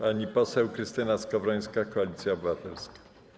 Pani poseł Krystyna Skowrońska, Koalicja Obywatelska.